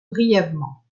brièvement